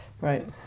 Right